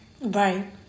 Right